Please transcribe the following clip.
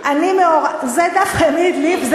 זה דף, מי הדליף?